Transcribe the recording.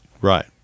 Right